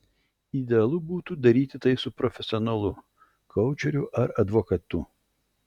idealu būtų daryti tai su profesionalu koučeriu ar advokatu